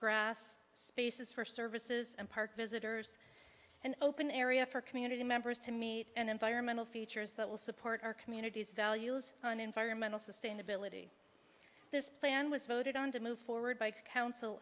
grass spaces for services and park visitors an open area for community members to meet and environmental features that will support our communities values on environmental sustainability this plan was voted on to move forward by coun